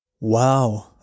Wow